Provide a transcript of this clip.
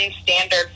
standard